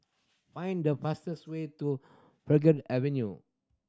find the fastest way to Avenue